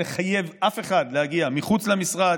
לחייב אף אחד להגיע מחוץ למשרד,